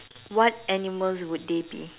what animals would they be